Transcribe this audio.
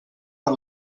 per